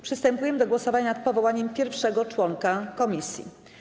Przystępujemy do głosowania nad powołaniem pierwszego członka komisji.